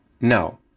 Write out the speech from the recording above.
Now